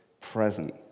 present